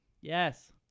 Yes